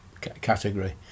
category